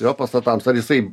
jo pastatams ar jisai